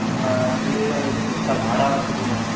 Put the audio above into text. अरे उसका भाड़ा ओड़ा कितना है